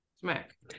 Smack